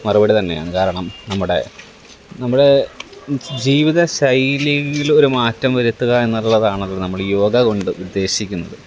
മറുപടി തന്നെയാണ് കാരണം നമ്മുടെ നമ്മുടെ ജീവിതശൈലിയിൽ ഒരു മാറ്റം വരുത്തുക എന്നുള്ളതാണല്ലോ നമ്മൾ ഈ യോഗ കൊണ്ട് ഉദ്ദേശിക്കുന്നത്